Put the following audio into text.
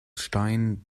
stein